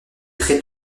très